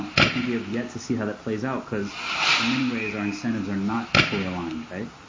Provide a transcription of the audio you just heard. i think we have yet to see how that plays out, because in many ways, our incentives are not fully aligned, right?